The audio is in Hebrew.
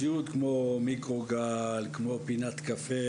ציוד כמו מיקרוגל, כמו פינת קפה.